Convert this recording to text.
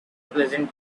pleasant